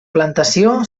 plantació